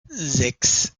sechs